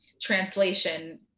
translation